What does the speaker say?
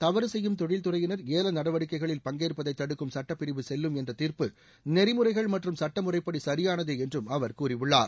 தவறு செய்யும் தொழில் துறையினர் ஏல நடவடிக்கைகளில் பங்கேற்பதை தடுக்கும் சுட்டப்பிரிவு செல்லும் என்ற தீர்ப்டு நெறிமுறைகள் மற்றும் சுட்ட முறைப்படி சரியானதே என்றும் அவர் கூறியுள்ளார்